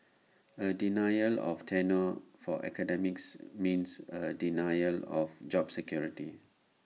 A denial of tenure for academics means A denial of job security